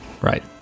Right